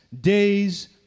days